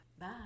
Bye